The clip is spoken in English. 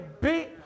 beat